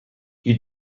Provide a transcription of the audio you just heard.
you